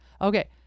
Okay